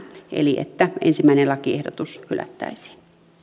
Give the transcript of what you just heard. eli että ensimmäinen lakiehdotus hylättäisiin